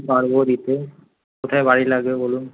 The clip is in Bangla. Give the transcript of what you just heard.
পারবো দিতে কোথায় বাড়ি লাগবে বলুন